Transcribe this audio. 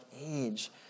age